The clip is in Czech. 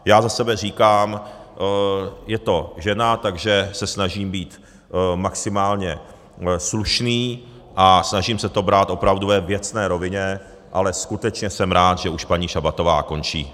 Já za sebe říkám, je to žena, takže se snažím být maximálně slušný a snažím se to brát opravdu ve věcné rovině, ale skutečně jsem rád, že už paní Šabatová končí.